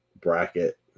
bracket